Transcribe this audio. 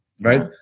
right